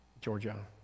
Georgia